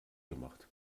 gemacht